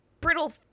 brittle